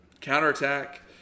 counterattack